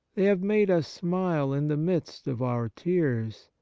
they have made us smile in the midst of our tears,